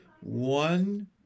one